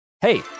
Hey